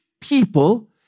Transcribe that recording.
people